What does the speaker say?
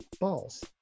balls